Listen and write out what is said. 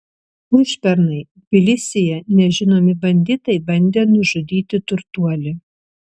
užpernai tbilisyje nežinomi banditai bandė nužudyti turtuolį